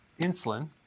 insulin